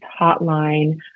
hotline